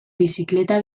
bizikleta